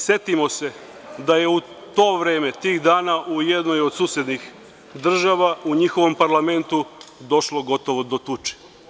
Setimo se da je u to vreme, tih dana, u jednoj od susednih država, u njihovom parlamentu došlo gotovo do tuče.